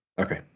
okay